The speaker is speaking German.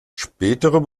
spätere